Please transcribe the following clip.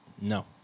No